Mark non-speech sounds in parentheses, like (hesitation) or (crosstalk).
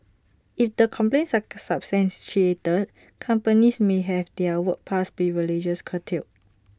if the complaints are (hesitation) substantiated companies may have their work pass privileges curtailed